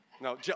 No